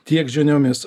tiek žiniomis